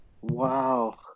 wow